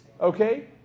okay